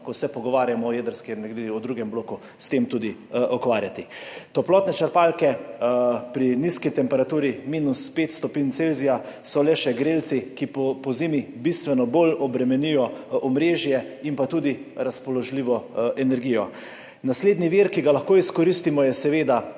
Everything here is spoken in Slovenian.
ko se pogovarjamo o jedrski energiji v drugem bloku, ukvarjati. Toplotne črpalke pri nizki temperaturi –5 °C so le še grelci, ki pozimi bistveno bolj obremenijo omrežje in tudi razpoložljivo energijo. Naslednji vir, ki ga lahko izkoristimo, je seveda